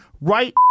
right